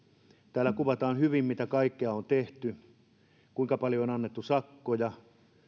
täällä kuvataan hyvin mitä kaikkea on tehty kuinka paljon on annettu sakkoja